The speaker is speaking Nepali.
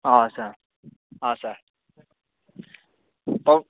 हजुर हजुर पाउँ